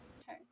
Okay